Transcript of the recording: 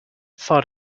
thought